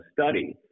study